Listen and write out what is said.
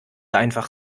einfach